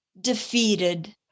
defeated